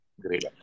Great